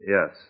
Yes